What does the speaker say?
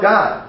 God